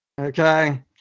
okay